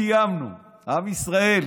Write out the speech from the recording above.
קיימנו, עם ישראל.